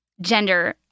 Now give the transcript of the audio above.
gender